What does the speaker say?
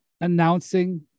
announcing